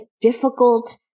difficult